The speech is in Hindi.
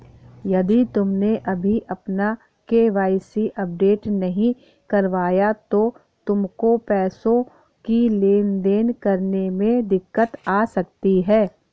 यदि तुमने अभी अपना के.वाई.सी अपडेट नहीं करवाया तो तुमको पैसों की लेन देन करने में दिक्कत आ सकती है